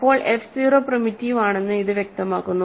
അപ്പോൾ F 0 primitive ആണെന്ന് ഇത് വ്യക്തമാക്കുന്നു